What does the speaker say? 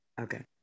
Okay